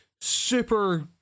super